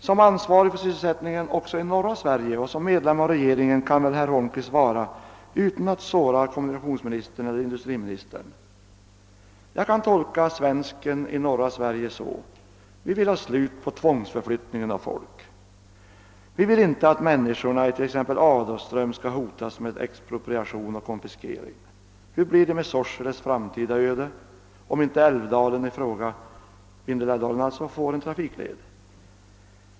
Som ansvarig för sysselsättningen också i norra Sverige och som medlem av regeringen kan väl herr Holmqvist svara på denna fråga utan att såra kommunikationsministern eller industriministern. Jag kan tolka inställningen hos svens ken i norra Sverige så här: Vi vill ha slut på tvångsförflyttningar av folk. Vi vill inte att människorna i t.ex. Adolfström skall hotas med expropriation och konfiskering. Vilket blir Sorseles framtida öde om inte Vindelälvsdalen får en trafikled?